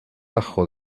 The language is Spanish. ajo